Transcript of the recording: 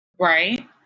Right